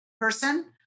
person